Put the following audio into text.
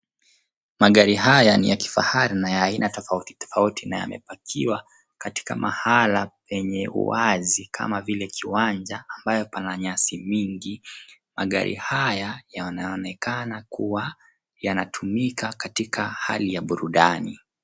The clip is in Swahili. Magari haya ni ya kifahari na ya aina tofautitofauti na yamepakiwa katika mahala penye uwazi kama vile kiwanja ambapo pana nyasi nyingi. Magari haya yanaonekana kuwa yanatumika katika hali ya burudani.